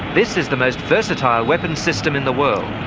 this is the most versatile weapons system in the world,